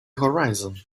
horizon